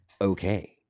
Okay